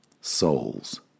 Souls